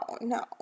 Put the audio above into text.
no